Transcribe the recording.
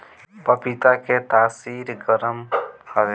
पपीता के तासीर गरम हवे